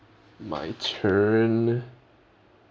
my turn